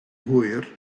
hwyr